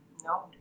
No